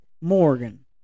Morgan